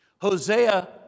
Hosea